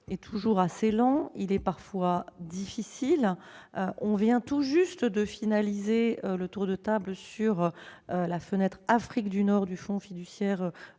est toujours assez lent, et parfois difficile. On vient tout juste de finaliser le tour de table sur la fenêtre Afrique du Nord. C'est donc une